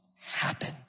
happen